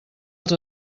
els